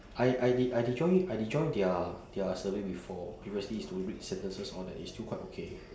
I I did I did join their I did join their their survey before previously is to read sentences all that it's still quite okay